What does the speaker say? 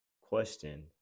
question